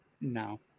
No